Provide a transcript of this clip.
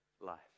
life